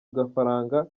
gafaranga